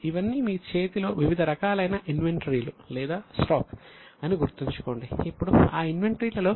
ఇప్పుడు ఆ ఇన్వెంటరీలలో ఏదైనా మార్పు ఉంటే అది చూపబడుతుంది